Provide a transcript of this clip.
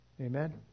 Amen